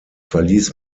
verließ